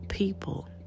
People